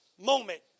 moment